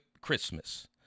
Christmas